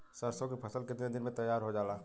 सरसों की फसल कितने दिन में तैयार हो जाला?